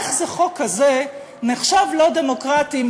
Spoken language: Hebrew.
איך חוק כזה נחשב לא דמוקרטי?